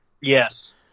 Yes